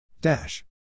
Dash